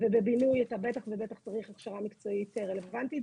ובבינוי אתה בטח ובטח צריך הכשרה מקצועית רלוונטי.